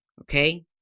okay